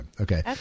Okay